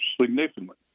significantly